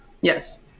Yes